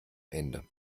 ende